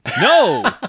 no